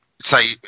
say